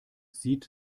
sieht